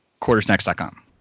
quartersnacks.com